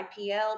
IPL